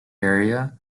area